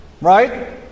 right